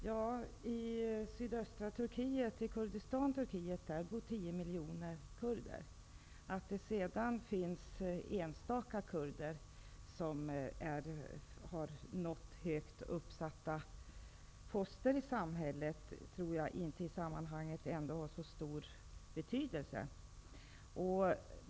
Herr talman! I sydöstra Turkiet, i Kurdistan, bor tio miljoner kurder. Att det finns enstaka kurder som har nått högt uppsatta poster i samhället tror jag inte har så stor betydelse i sammanhanget.